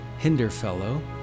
Hinderfellow